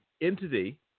entity